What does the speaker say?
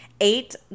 Eight